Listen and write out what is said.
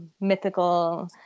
mythical